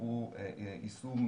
את האזרחים,